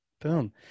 boom